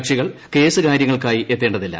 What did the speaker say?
കക്ഷികൾ കേസ് കാര്യങ്ങൾക്കായി എത്തേണ്ടതില്ല